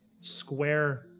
square